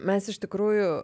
mes iš tikrųjų